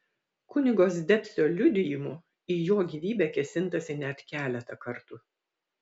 kunigo zdebskio liudijimu į jo gyvybę kėsintasi net keletą kartų